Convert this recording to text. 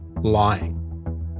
lying